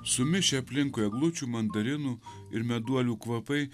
sumišę aplinkui eglučių mandarinų ir meduolių kvapai